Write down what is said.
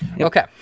Okay